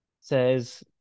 says